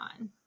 on